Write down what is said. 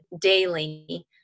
daily